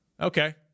okay